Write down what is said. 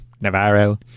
Navarro